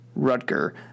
Rutger